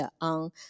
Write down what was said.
on